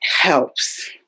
helps